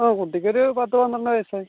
ആ കുട്ടിക്കൊരു പത്തുപന്ത്രണ്ടു വയസ്സായി